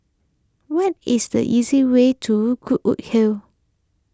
what is the easy way to Goodwood Hill